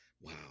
Wow